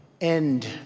end